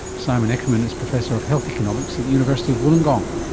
simon eckermann is professor of health economics at the university of wollongong.